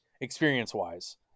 experience-wise